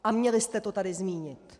A měli jste to tady zmínit.